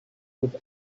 was